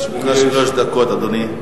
לרשותך שלוש דקות, אדוני.